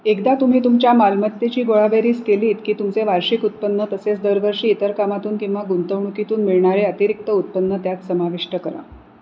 एकदा तुम्ही तुमच्या मालमत्तेची गोळाबेरीज केलीत की तुमचे वार्षिक उत्पन्न तसेच दरवर्षी इतर कामातून किंवा गुंतवणूकीतून मिळणारे अतिरिक्त उत्पन्न त्यात समाविष्ट करा